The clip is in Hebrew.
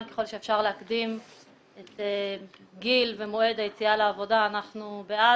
ככל שאפשר להקדים את גיל ומועד היציאה לעבודה אנחנו בעד,